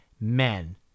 men